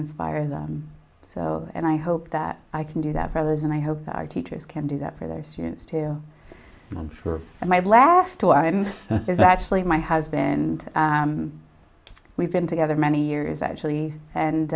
inspire them so and i hope that i can do that for others and i hope our teachers can do that for their students too for my last two and is actually my husband we've been together many years actually